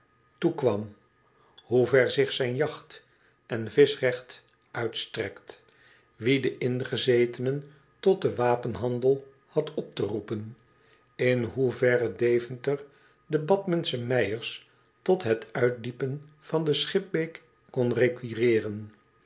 toekwam hoever zich zijn jagt en vischregt uitstrekt wie de ingezetenen tot den wapenhandel had op te roepen in hoever deventer de bathmensche meijers tot het uitdiepen van de schipbeek kon